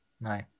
No